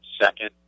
second